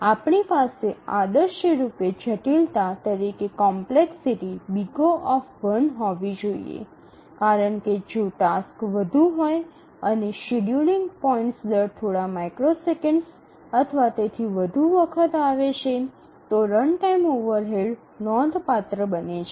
આપણી પાસે આદર્શરૂપે જટિલતા તરીકે કોમ્પલેકસીટી O હોવી જોઈએ કારણ કે જો ટાસક્સ વધુ હોય અને શેડ્યૂલિંગ પોઇન્ટ્સ દર થોડા માઇક્રોસેકન્ડ્સ અથવા તેથી વધુ વખત આવે છે તો રનટાઈમ ઓવરહેડ નોંધપાત્ર બને છે